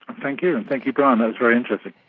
and thank you, and thank you brian. that was very interesting.